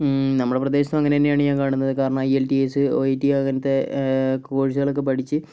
നമ്മളെ പ്രദേശത്തും അങ്ങനെ തന്നെയാണ് ഞാൻ കാണുന്നത് കാരണം I L T S E T അങ്ങനത്തെ കോഴ്സുകൾ ഒക്കെ പഠിച്ച്